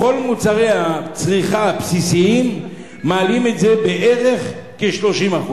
בכל מוצרי הצריכה הבסיסיים מעלים מחירים בכ-30%.